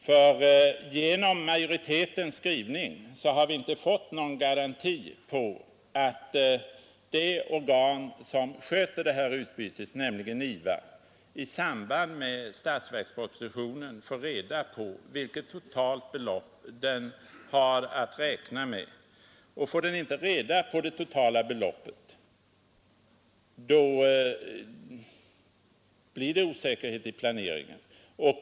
Genom utskottsmajoritetens skrivning har vi inte fått någon garanti för att det organ som sköter detta utbyte, nämligen IVA, i samband med framläggandet av statsverkspropositionen får reda på vilket totalt belopp det har att räkna med. Får man inte reda på det totala beloppet, blir det osäkerhet i planeringen.